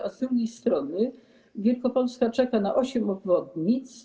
A z drugiej strony Wielkopolska czeka na osiem obwodnic.